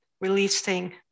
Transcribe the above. releasing